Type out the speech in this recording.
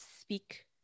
speak